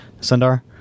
Sundar